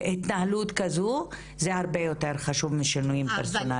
התנהלות כזו זה הרבה יותר חשוב משינויים פרסונליים.